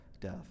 death